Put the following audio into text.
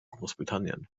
großbritannien